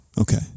Okay